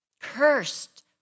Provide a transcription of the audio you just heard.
cursed